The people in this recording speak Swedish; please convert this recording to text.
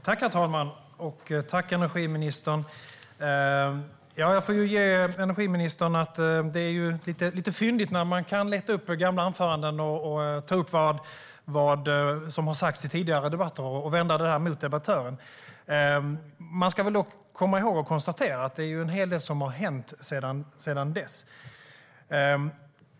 Herr talman! Tack, energiministern! Jag får ge energiministern att det är lite fyndigt när man kan leta upp gamla anföranden, ta upp vad som har sagts i tidigare debatter och vända det mot debattören. Man ska väl dock komma ihåg och konstatera det är en hel del som har hänt sedan dess.